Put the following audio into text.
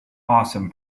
awesome